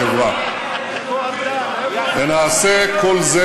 ונצמצם את הפערים בחברה, ונעשה את כל זה